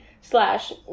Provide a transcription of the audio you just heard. slash